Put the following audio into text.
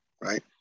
right